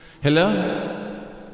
Hello